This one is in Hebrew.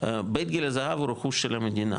בית גיל הזהב הוא רכוש של המדינה.